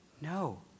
No